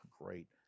great